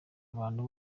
abantu